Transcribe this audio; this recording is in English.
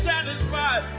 Satisfied